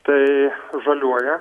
tai žaliuoja